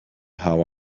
how